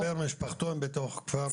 אוקי, משפחתון בתוך כפר הנוער, בסדר?